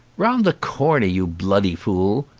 round the corner, you bloody fool,